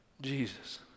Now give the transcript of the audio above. Jesus